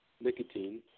nicotine